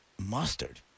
Mustard